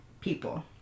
people